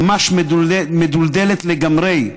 ממש מדולדלת, לגמרי,